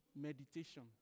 Meditation